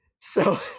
So-